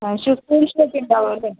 shoe school shoe ഒക്കെ ഉണ്ടാവും അല്ലേ